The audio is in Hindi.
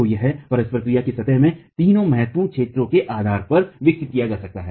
तो यह परस्पर क्रिया की सतह में 3 महत्वपूर्ण क्षेत्रों के आधार पर विकसित किया जा सकता है